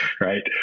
right